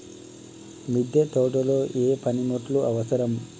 మిద్దె తోటలో ఏ పనిముట్లు అవసరం?